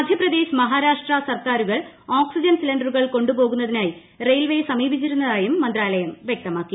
മധ്യപ്രദേശ് മഹാരാഷ്ട്ര സർക്കാരുകൾ ഓക്സിജൻ സിലിൻഡറുകൾ കൊണ്ടുപോകുന്നതിനായി റെയിൽവെയെ സമീപിച്ചിരുന്നതായും മന്ത്രാലയം വ്യക്തമാക്കി